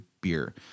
beer